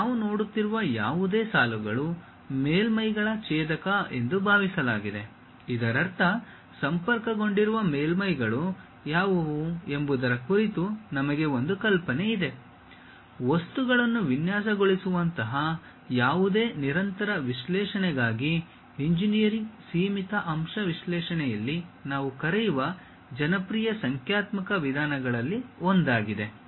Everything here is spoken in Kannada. ನಾವು ನೋಡುತ್ತಿರುವ ಯಾವುದೇ ಸಾಲುಗಳು ಮೇಲ್ಮೈಗಳ ಛೇದಕ ಎಂದು ಭಾವಿಸಲಾಗಿದೆ ಇದರರ್ಥ ಸಂಪರ್ಕಗೊಂಡಿರುವ ಮೇಲ್ಮೈ ಗಳು ಯಾವುವು ಎಂಬುದರ ಕುರಿತು ನಮಗೆ ಒಂದು ಕಲ್ಪನೆ ಇದೆ ವಸ್ತುಗಳನ್ನು ವಿನ್ಯಾಸಗೊಳಿಸುವಂತಹ ಯಾವುದೇ ನಿರಂತರ ವಿಶ್ಲೇಷಣೆಗಾಗಿ ಇಂಜಿನಿಯರಿಂಗ್ ಸೀಮಿತ ಅಂಶ ವಿಶ್ಲೇಷಣೆಯಲ್ಲಿ ನಾವು ಕರೆಯುವ ಜನಪ್ರಿಯ ಸಂಖ್ಯಾತ್ಮಕ ವಿಧಾನಗಳಲ್ಲಿ ಒಂದಾಗಿದೆ